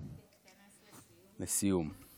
תתכנס לסיום.